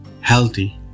healthy